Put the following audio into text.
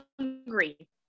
hungry